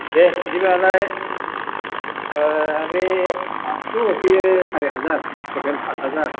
दे बिदिबालाय बि आटस' बे सारिहाजार टटेल पास हाजार